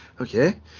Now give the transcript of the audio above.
okay